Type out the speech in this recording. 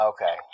Okay